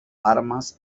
armas